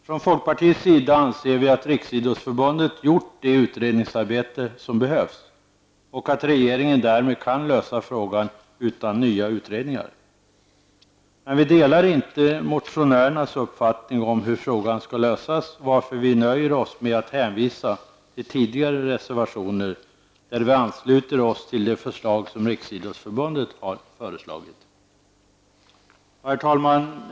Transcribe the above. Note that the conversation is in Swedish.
Från folkpartiets sida anser vi att riksidrottsförbundet gjort det utredningsarbete som behövs och att regeringen därmed kan lösa frågan utan nya utredningar. Vi delar inte motionärernas uppfattning om hur frågan skall lösas, varför vi nöjer oss med att hänvisa till tidigare reservationer, där vi ansluter oss till de förslag som riksidrottsförbundet har lagt fram. Herr talman!